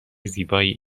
زیبایی